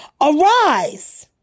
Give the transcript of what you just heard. Arise